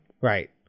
right